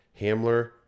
Hamler